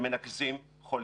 שמנקזים חולים.